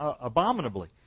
abominably